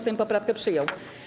Sejm poprawkę przyjął.